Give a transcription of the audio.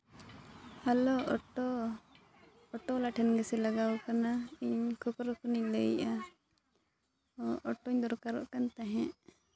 hello auto auto ᱵᱟᱞᱟ ᱴᱷᱮᱱ ᱜᱮᱥᱮ ᱞᱟᱜᱟᱣ ᱠᱟᱱᱟ ᱤᱧ ᱠᱷᱚᱠᱨᱚ ᱠᱷᱚᱱᱮᱧ ᱞᱟᱹᱭᱮᱫᱼᱟ ᱚᱴᱳᱧ ᱫᱚᱨᱠᱟᱚᱜ ᱠᱟᱱ ᱛᱟᱦᱮᱸᱫ